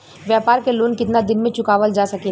व्यापार के लोन कितना दिन मे चुकावल जा सकेला?